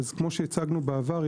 כפי שהצגנו בעבר,